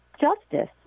justice